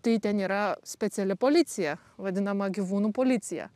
tai ten yra speciali policija vadinama gyvūnų policija